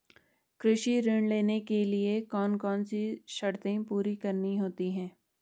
कृषि ऋण लेने के लिए कौन कौन सी शर्तें पूरी करनी होती हैं?